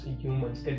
humans